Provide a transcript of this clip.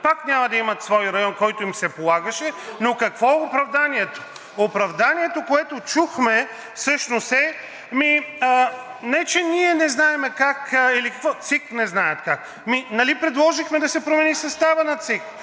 пак няма да имат свой район, който им се полагаше. Но какво е оправданието? Оправданието, което чухме, всъщност е – ами не че ние не знаем как, ЦИК не знае как. Нали предложихме да се промени съставът на ЦИК?